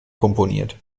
komponiert